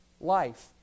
life